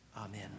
amen